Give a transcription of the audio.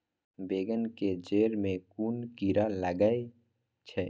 बेंगन के जेड़ में कुन कीरा लागे छै?